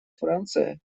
франции